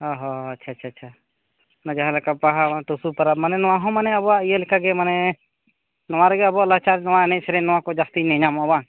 ᱚ ᱦᱚᱸ ᱟᱪᱪᱷᱟ ᱟᱪᱪᱷᱟ ᱚᱱᱟ ᱡᱟᱦᱟᱸ ᱞᱮᱠᱟ ᱯᱟᱦᱟᱲ ᱴᱩᱥᱩ ᱯᱟᱨᱟᱵᱽ ᱢᱟᱱᱮ ᱱᱚᱣᱟ ᱦᱚᱸ ᱢᱟᱱᱮ ᱟᱵᱚᱣᱟᱜ ᱤᱭᱟᱹ ᱞᱮᱠᱟ ᱜᱮ ᱢᱟᱱᱮ ᱱᱚᱣᱟ ᱨᱮᱜᱮ ᱟᱵᱚᱣᱟᱜ ᱞᱟᱠᱪᱟᱨ ᱱᱚᱣᱟ ᱮᱱᱮᱡ ᱥᱮᱨᱮᱧ ᱱᱚᱣᱟ ᱠᱚ ᱡᱟᱹᱥᱛᱤ ᱧᱮᱞ ᱧᱟᱢᱚᱜᱼᱟ ᱵᱟᱝ